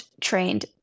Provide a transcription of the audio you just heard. trained